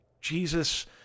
Jesus